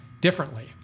differently